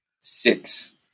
six